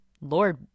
Lord